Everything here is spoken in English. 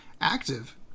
active